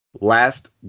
Last